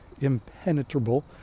impenetrable